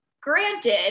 Granted